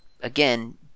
again